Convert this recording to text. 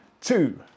two